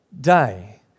day